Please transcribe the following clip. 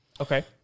Okay